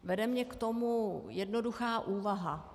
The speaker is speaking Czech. Vede mě k tomu jednoduchá úvaha.